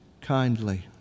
kindly